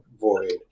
void